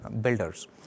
builders